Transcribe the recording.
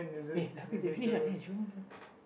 uh they finish